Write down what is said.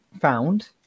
found